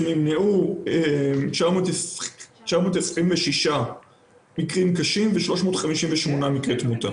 היא שנמנעו 926 מקרים קשים ו-358 מקרים תמותה.